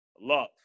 Love